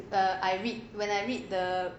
the I read when I read the